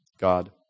God